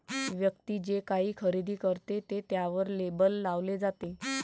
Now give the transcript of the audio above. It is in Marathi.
व्यक्ती जे काही खरेदी करते ते त्यावर लेबल लावले जाते